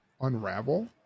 Unravel